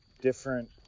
different